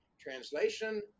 Translation